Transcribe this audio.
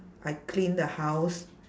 I clean the house